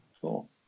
Cool